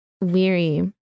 weary